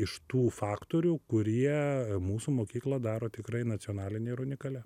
iš tų faktorių kurie mūsų mokyklą daro tikrai nacionaline ir unikalia